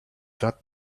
that